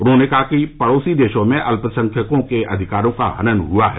उन्होंने कहा कि पड़ोसी देशों में अल्पसंख्यकों के अधिकारों का हनन हुआ है